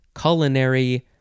culinary